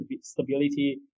stability